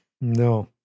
No